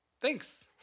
Thanks